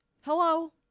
Hello